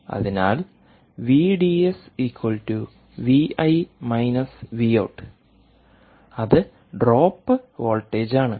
അതിനാൽ VDS Vi Vout V D S V I V out അത് drop voltage ആണ്